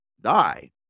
Die